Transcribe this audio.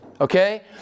Okay